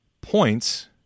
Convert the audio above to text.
points